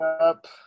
up